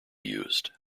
used